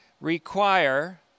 require